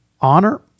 honor